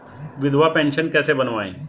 विधवा पेंशन कैसे बनवायें?